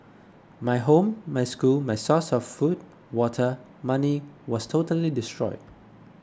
my home my school my source of food water money was totally destroyed